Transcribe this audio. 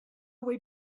way